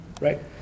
right